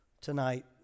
tonight